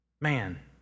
Man